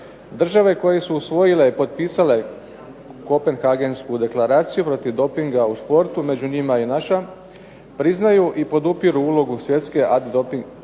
Države koje su usvojile i potpisale kopenhagensku deklaraciju protiv dopinga u sportu, među njima i naša, priznaju i podupiru ulogu Svjetske antidoping